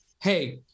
hey